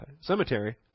cemetery